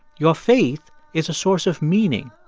your faith is a source of meaning,